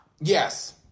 Yes